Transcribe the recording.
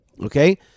okay